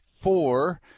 four